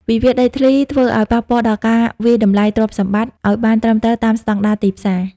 វិវាទដីធ្លីធ្វើឱ្យប៉ះពាល់ដល់ការវាយតម្លៃទ្រព្យសម្បត្តិ ឱ្យបានត្រឹមត្រូវតាមស្ដង់ដារទីផ្សារ។